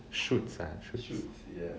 shoots ah shoots